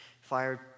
fired